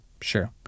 sure